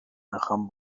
میخوام